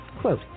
Quote